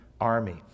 army